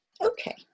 okay